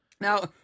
Now